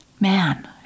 man